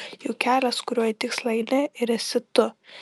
juk kelias kuriuo į tikslą eini ir esi tu